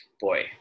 boy